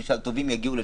בשביל שהטובים יגיעו לשם,